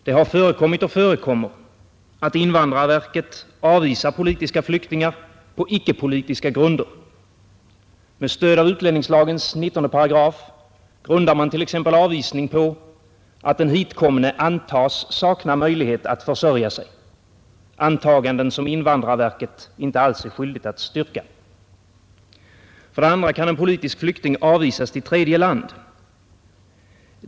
Det har förekommit och förekommer att invandrarverket avvisar politiska flyktingar på ickepolitiska grunder. Med stöd av utlänningslagens 19 § grundar man t.ex. avvisning på att den hitkomne antas sakna möjlighet att försörja sig — antaganden som invandrarverket inte alls är skyldigt att styrka. För det andra kan en politisk flykting avvisas till tredje land.